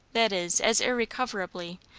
that is, as irrecoverably,